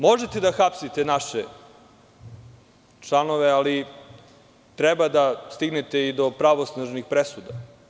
Možete da hapsite naše članove, ali, treba da stignete i do pravosnažnih presuda.